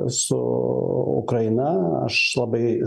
su ukraina aš labai